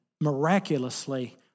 miraculously